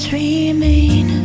remain